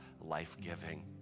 life-giving